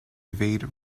evade